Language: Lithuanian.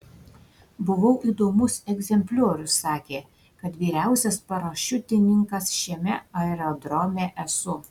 buvau įdomus egzempliorius sakė kad vyriausias parašiutininkas šiame aerodrome esu